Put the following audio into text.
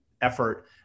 effort